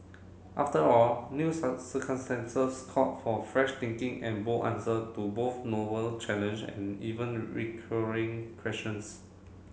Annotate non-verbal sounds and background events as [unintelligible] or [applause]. after all new [unintelligible] circumstances call for fresh thinking and bold answer to both novel challenge and even recurring questions